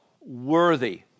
worthy